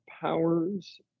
powers